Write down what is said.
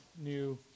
new